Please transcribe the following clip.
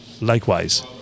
Likewise